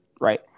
right